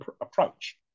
approach